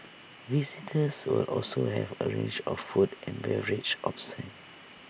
visitors will also have A range of food and beverage options